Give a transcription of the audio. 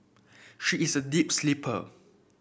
she is a deep sleeper